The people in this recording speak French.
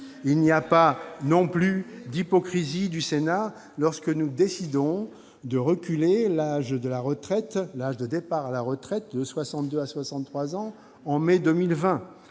Il n'y a pas non plus d'hypocrisie de la part du Sénat lorsque nous décidons de reculer l'âge de départ à la retraite de 62 à 63 ans en mai 2020.